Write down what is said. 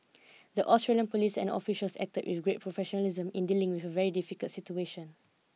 the Australian police and officials acted with great professionalism in dealing with a very difficult situation